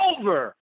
over